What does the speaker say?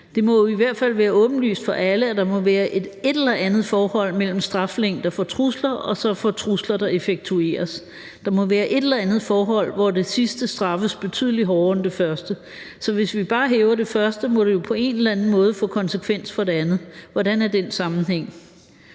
Det må i hvert fald være åbenlyst for alle, at der må være et eller andet forhold mellem straflængde for trusler og så for trusler, der effektueres. Der må være et eller andet forhold, hvor det sidste straffes betydelig hårdere end det første. Så hvis vi bare hæver det første, må det jo på en eller anden måde få konsekvens for det andet. Hvordan er den sammenhæng?